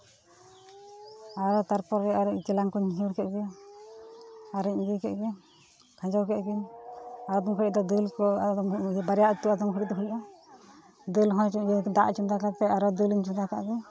ᱟᱨ ᱛᱟᱨᱯᱚᱨᱮ ᱟᱨᱚ ᱪᱮᱞᱟᱝ ᱠᱩᱧ ᱦᱤᱱᱦᱟᱹᱲ ᱠᱮᱫ ᱜᱮ ᱟᱨᱤᱧ ᱤᱭᱟᱹ ᱠᱮᱫ ᱜᱮ ᱠᱷᱟᱸᱡᱚ ᱠᱮᱫ ᱜᱤᱧ ᱟᱫᱚᱢ ᱡᱚᱠᱷᱟᱜ ᱫᱚ ᱫᱟᱹᱞ ᱠᱚ ᱟᱫᱚᱢ ᱜᱷᱟᱹᱲᱤᱡ ᱫᱚ ᱵᱟᱨᱭᱟ ᱩᱛᱩ ᱟᱫᱚᱢ ᱜᱷᱟᱹᱲᱤᱡ ᱫᱚ ᱦᱩᱭᱩᱜᱼᱟ ᱫᱟᱹᱞ ᱦᱚᱸ ᱪᱮᱫ ᱤᱧ ᱞᱟᱹᱭᱟ ᱫᱟᱜ ᱪᱚᱸᱫᱟ ᱠᱟᱛᱮ ᱟᱨᱦᱚᱸ ᱫᱟᱹᱞᱤᱧ ᱪᱚᱸᱫᱟ ᱠᱟᱜ ᱜᱮ